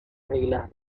reglas